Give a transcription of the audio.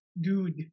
dude